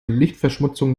lichtverschmutzung